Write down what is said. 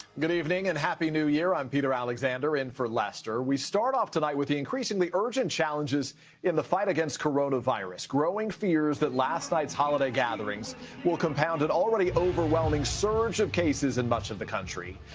good evening, and happy new year. i am peter alexander, in for lester. we start off, tonight, with the increasingly urgent challenges in the fight against coronavirus. growing fears that last night's holiday gatherings will compound an and already-overwhelming surge of cases, in much of the country.